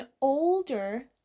older